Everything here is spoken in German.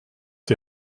die